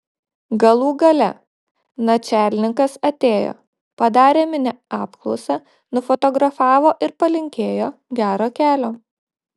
galų gale načialnikas atėjo padarė mini apklausą nufotografavo ir palinkėjo gero kelio